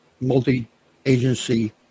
multi-agency